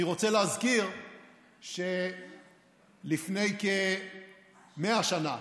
אני רוצה להזכיר שלפני כ-100 שנה,